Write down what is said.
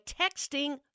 texting